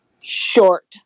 short